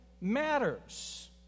matters